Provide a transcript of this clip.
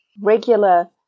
regular